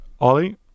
Ollie